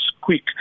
quick